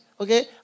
okay